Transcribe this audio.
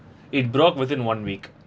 it broke within one week